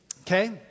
Okay